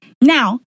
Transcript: now